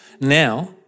Now